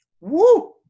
Woo